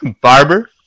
Barber